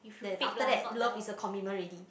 then after that love is a commitment already